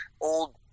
old